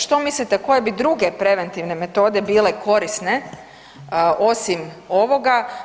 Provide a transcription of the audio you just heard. Što mislite koje bi druge preventivne metode bile korisne osim ovoga?